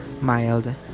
mild